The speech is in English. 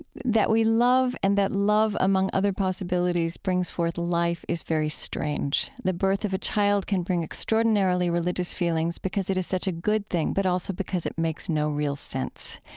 that we love and that love, among other possibilities, brings forth life is very strange. the birth of a child can bring extraordinarily religious feelings, because it is such a good thing, but also because it makes no real sense.